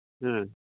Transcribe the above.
ᱦᱮᱸ